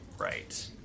right